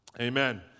Amen